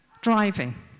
driving